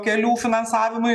kelių finansavimui